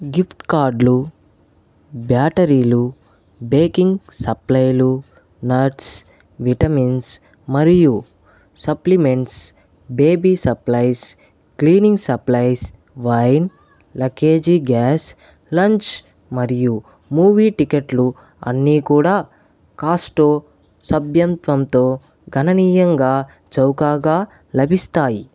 gift కార్డులు బ్యాటరీలు baking సప్లైలు నట్స్ విటమిన్స్ మరియు supplements baby supplies cleaning supplies wine luggage gas lunch మరియు మూవీ టిక్కెట్లు అన్నీ కూడా కాస్టో సభ్యత్వంతో గణనీయంగా చౌకగా లభిస్తాయి